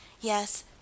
yes